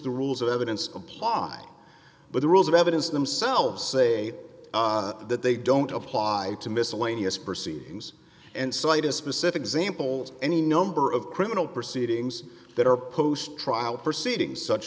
the rules of evidence apply but the rules of evidence themselves say that they don't apply to miscellaneous proceedings and cite a specific example any number of criminal proceedings that are post trial proceedings such